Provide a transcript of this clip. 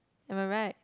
am I right